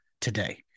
today